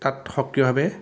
তাত সক্ৰিয়ভাৱে